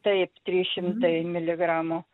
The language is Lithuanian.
taip trys šimtai miligramų